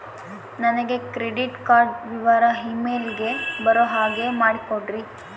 ನನಗೆ credit card ವಿವರ email ಗೆ ಬರೋ ಹಾಗೆ ಮಾಡಿಕೊಡ್ರಿ?